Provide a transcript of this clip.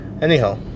Anyhow